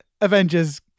Avengers